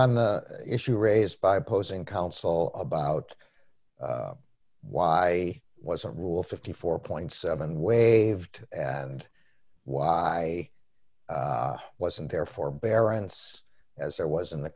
on the issue raised by opposing counsel about why was a rule fifty four point seven waived and why wasn't there forbearance as there was in the